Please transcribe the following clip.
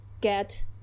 get